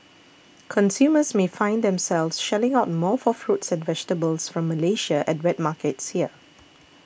consumers may find themselves shelling out more for fruits and vegetables from Malaysia at wet markets here